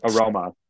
aroma